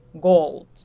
gold